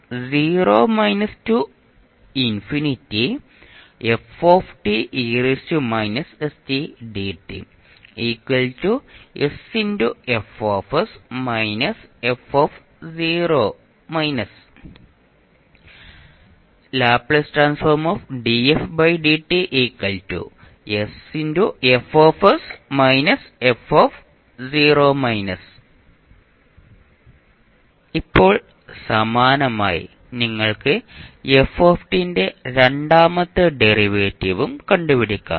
പിന്നെ ഇപ്പോൾ സമാനമായി നിങ്ങൾക്ക് f ന്റെ രണ്ടാമത്തെ ഡെറിവേറ്റീവും കണ്ടുപിടിക്കാം